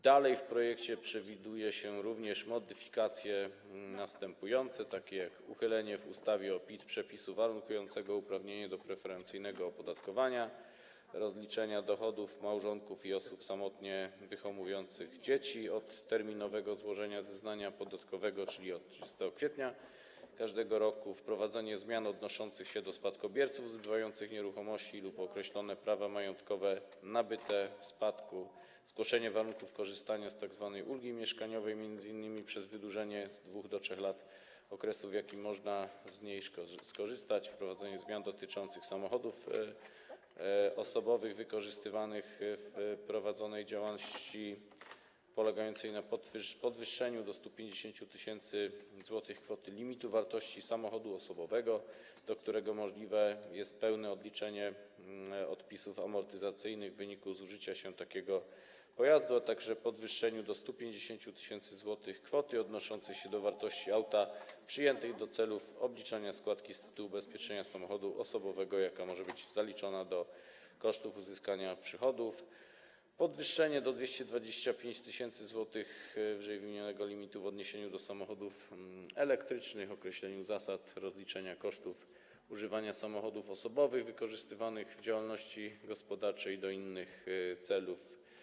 Dalej w projekcie przewiduje się również następujące modyfikacje, takie jak: uchylenie w ustawie o PIT przepisu warunkującego uprawnienie do preferencyjnego opodatkowania rozliczenia dochodów małżonków i osób samotnie wychowujących dzieci od terminowego złożenia zeznania podatkowego, czyli od 30 kwietnia każdego roku, wprowadzenie zmian odnoszących się do spadkobierców zbywających nieruchomości lub określone prawa majątkowe nabyte w spadku, złagodzenie warunków korzystania z tzw. ulgi mieszkaniowej, m.in. przez wydłużenie z 2 do 3 lat okresu, w jakim można z niej skorzystać, wprowadzenie zmian dotyczących samochodów osobowych wykorzystywanych w prowadzonej działalności polegających na podwyższeniu do 150 tys. zł kwoty limitu wartości samochodu osobowego, do którego możliwe jest pełne odliczenie odpisów amortyzacyjnych w wyniku zużycia się takiego pojazdu, a także podwyższeniu do 150 tys. zł kwoty odnoszącej się do wartości auta przyjętej do celów odliczania składki z tytułu ubezpieczenia samochodu osobowego, jaka może być zaliczona do kosztów uzyskania przychodów, podwyższenie do 225 tys. zł ww. limitu w odniesieniu do samochodów elektrycznych, określenie zasad rozliczania kosztów używania samochodów osobowych wykorzystywanych w działalności gospodarczej i do innych celów.